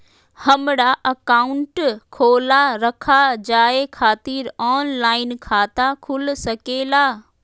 हमारा अकाउंट खोला रखा जाए खातिर ऑनलाइन खाता खुल सके ला?